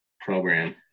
program